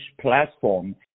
platform